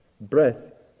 Breath